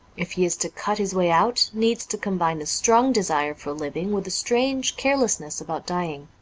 if he is to cut his way out, needs to combine a strong desire for living with a strange carelessness about dying.